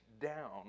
down